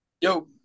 Yo